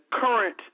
current